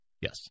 Yes